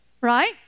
Right